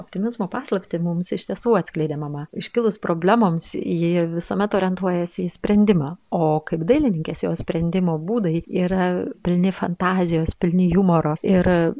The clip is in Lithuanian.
optimizmo paslaptį mums iš tiesų atskleidė mama iškilus problemoms ji visuomet orientuojasi į sprendimą o kaip dailininkės jos sprendimo būdai yra pilni fantazijos pilni jumoro ir